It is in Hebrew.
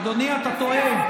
אדוני, אתה טועה.